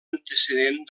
antecedent